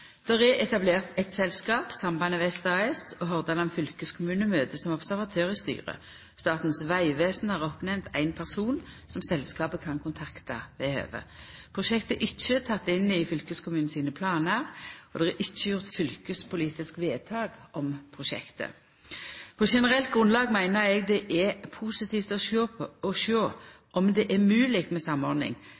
er etablert eit selskap, Sambandet Vest AS, og Hordaland fylkeskommune møter som observatør i styret. Statens vegvesen har oppnemnt ein person som selskapet kan kontakta ved høve. Prosjektet er ikkje teke inn i fylkeskommunen sine planar, og det er ikkje gjort fylkespolitiske vedtak om prosjektet. På generelt grunnlag meiner eg det er positivt å sjå om det er mogleg med samordning